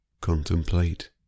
contemplate